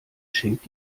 schenkt